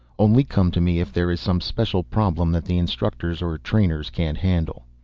only come to me if there is some special problem that the instructors or trainers can't handle.